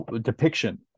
depiction